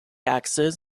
access